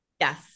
Yes